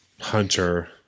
Hunter